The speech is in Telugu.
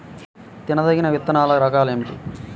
తినదగిన విత్తనాల రకాలు ఏమిటి?